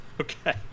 Okay